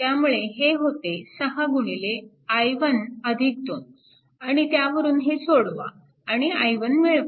त्यामुळे हे होते 6 i1 2 आणि त्यावरून हे सोडवा आणि i1 मिळवा